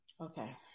Okay